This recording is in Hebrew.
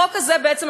החוק הזה בעצם,